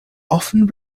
often